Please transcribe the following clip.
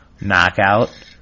knockout